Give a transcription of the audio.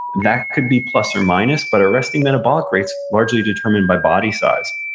that could be plus or minus, but a resting metabolic rate's largely determined by body size.